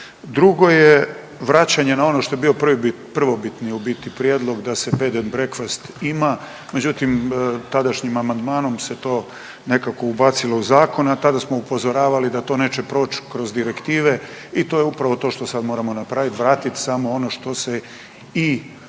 Drugo je vraćanje na ono što je bio prvobitni prijedlog da se bread and breakfast ima, međutim tadašnjim amandmanom se to nekako ubacilo u zakon, a tada smo upozoravali da to neće proć kroz direktive i to je upravo to što sad moramo napravit, vratit ono što se i tada